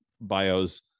bios